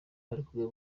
barikumwe